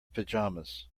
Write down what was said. pajamas